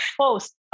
Post